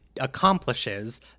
accomplishes